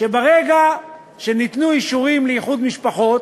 שברגע שניתנו אישורים לאיחוד משפחות,